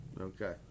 Okay